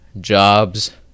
jobs